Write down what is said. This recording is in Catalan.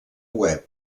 web